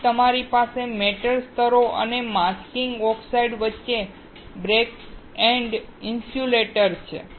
પછી તમારી પાસે મેટલ સ્તરો અને માસ્કિંગ ઓક્સાઇડ વચ્ચે બેકએન્ડ ઇન્સ્યુલેટર છે